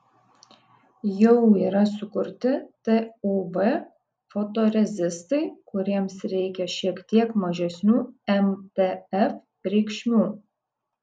jau yra sukurti tuv fotorezistai kuriems reikia šiek tiek mažesnių mtf reikšmių